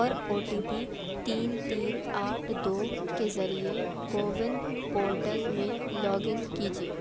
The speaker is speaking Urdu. اور او ٹی پی تین تین آٹھ دو کے ذریعے کوون پورٹل میں لاگن کیجیے